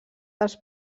dels